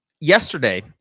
Yesterday